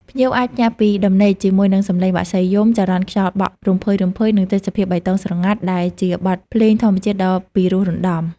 ភ្ញៀវអាចភ្ញាក់ពីដំណេកជាមួយនឹងសំឡេងបក្សីយំ ចរន្តខ្យល់បក់រំភើយៗ និងទេសភាពបៃតងស្រងាត់ ដែលជាបទភ្លេងធម្មជាតិដ៏ពិរោះរណ្តំ។